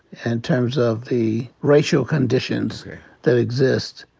and terms of the racial conditions that exist.